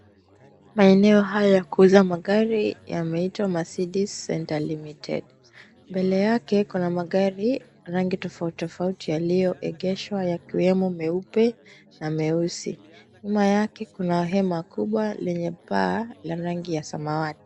Maeneo haya ya kuuza magari yameitwa Marcede Center Limited. Mbele yake kuna magari ya rangi tofauti tofauti yaliyoegeshwa yakiwemo meupe na meusi. Nyuma yake kuna hema kubwa lenye paa la rangi ya samawati.